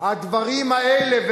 הדברים האלה.